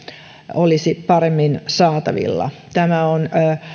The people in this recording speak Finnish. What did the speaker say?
olisi paremmin saatavilla tämä on